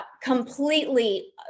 Completely